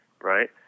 right